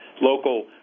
local